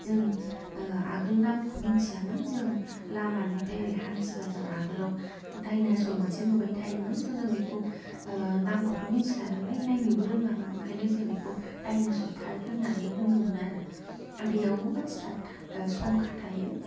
जों आगोल नामखौ मिथियामोन जों लामानिफ्राय ओरै हान्थिबा जों आगोलाव डायनास'र मोनसे नुबाय थायोमोन स' जों बेखौ नामखौथ' मिथिला नालाय नायनोबो रोङामोन ओंखायनो जों बेखौ डायनास'र पार्क होन्नानै होनोमोन आरो बेयावबो मानसिफ्रा था सम खाथायो